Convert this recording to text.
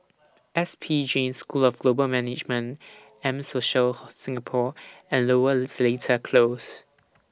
S P Jain School of Global Management M Social Singapore and Lower Seletar Close